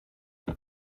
you